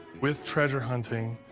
with treasure hunting,